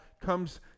comes